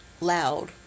loud